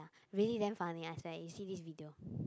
really damn funny I said you see this video